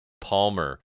Palmer